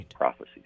prophecies